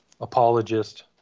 apologist